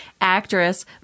Actress